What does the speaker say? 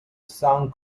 song